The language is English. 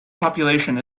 population